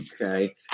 Okay